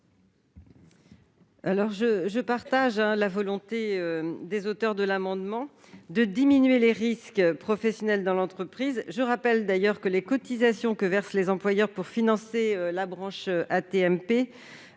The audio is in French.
je partage la volonté des auteurs de l'amendement de diminuer les risques professionnels dans l'entreprise, je rappelle que les cotisations que versent les employeurs pour financer la branche AT-MP